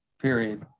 Period